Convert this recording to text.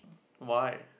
why